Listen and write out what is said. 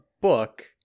book